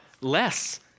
less